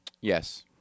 Yes